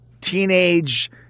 teenage